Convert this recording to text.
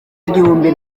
igihumbi